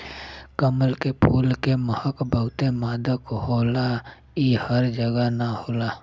कमल के फूल के महक बहुते मादक होला इ हर जगह ना होला